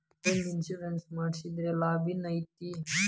Home insurance ಮಡ್ಸಿದ್ರ ಲಾಭೆನೈತಿ?